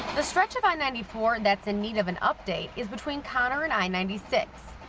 the stretch of i ninety four that's in need of an update is between conner and i ninety six,